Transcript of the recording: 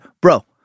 bro